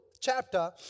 chapter